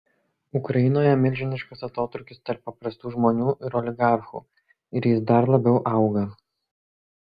ukrainoje milžiniškas atotrūkis tarp paprastų žmonių ir oligarchų ir jis dar labiau auga